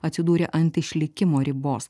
atsidūrė ant išlikimo ribos